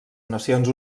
nacions